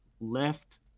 left